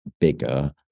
bigger